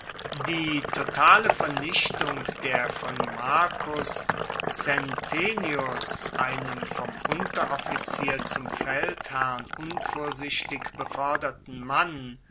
die totale vernichtung der von marcus centenius einem vom unteroffizier zum feldherrn unvorsichtig befoerderten mann